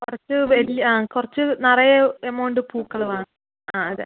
കുറച്ച് വലിയ ആ കുറച്ച് നിറയെ എമൗണ്ട് പൂക്കള് വേണം ആ അതെ